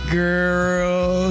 girl